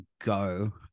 go